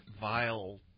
vile